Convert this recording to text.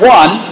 one